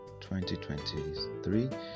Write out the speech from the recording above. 2023